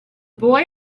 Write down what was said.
boy